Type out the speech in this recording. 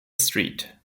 street